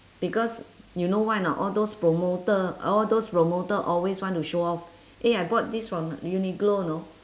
because you know why or not all those promoter all those promoter always want to show off eh I bought this from uniqlo you know